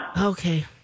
Okay